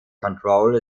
control